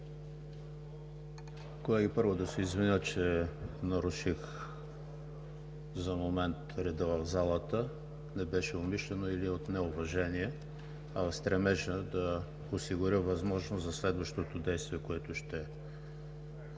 Колеги, първо да се извиня, че наруших за момент реда в залата – не беше умишлено или от неуважение, а в стремежа да осигуря възможност за следващото действие, което ще